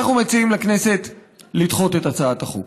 אנחנו מציעים לכנסת לדחות את הצעת החוק.